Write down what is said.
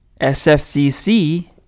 SFCC